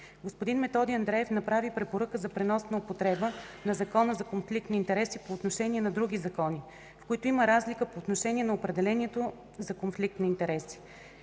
Господин Методи Андреев направи препоръка за пренос на употреба на Закона за конфликт на интереси по отношение на други закони, в които има разлика по отношение на определението за конфликт на интереси.